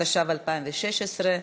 התשע"ו 2016,